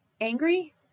Angry